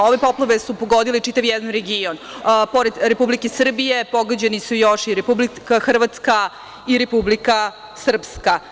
Ove poplave su pogodile čitav jedan region, pored Republike Srbije, pogođena je Republika Hrvatska i Republika Srpska.